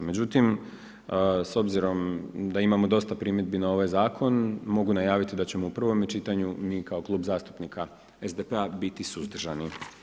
Međutim, s obzirom da imamo dosta primjedbi na ovaj zakon mogu najaviti da ćemo u prvome čitanju mi kao Klub zastupnika SDP-a biti suzdržani.